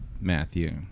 Matthew